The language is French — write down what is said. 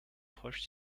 proche